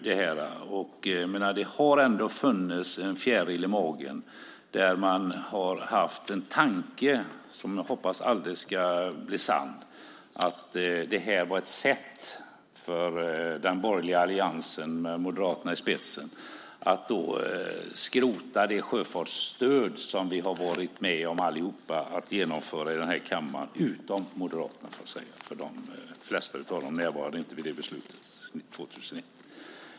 Det har ändå funnits en fjäril i magen av tanken, som jag hoppas aldrig ska bli sann, att det här skulle vara ett sätt för den borgerliga alliansen med Moderaterna i spetsen att skrota det sjöfartsstöd som vi allihop här i kammaren, utom Moderaterna, har varit med och genomfört. De flesta av Moderaterna närvarade inte när vi fattade beslutet 2001.